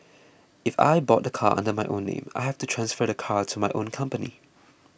if I bought the car under my own name I have to transfer the car to my own company